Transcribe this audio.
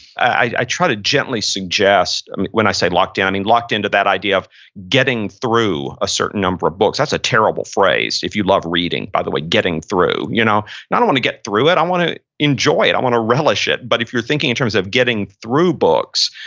i i try to gently suggest, i mean when i say locked in, locked in to that idea of getting through a certain number of books. that's a terrible phrase if you love reading by the way, getting through. you know and i don't want to get through it. i want to enjoy it, i want to relish it. but if you're thinking in terms of getting through books,